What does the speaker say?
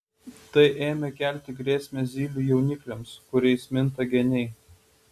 tai ėmė kelti grėsmę zylių jaunikliams kuriais minta geniai